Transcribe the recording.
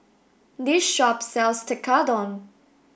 this shop sells Tekkadon